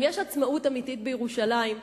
אם יש עצמאות אמיתית בירושלים,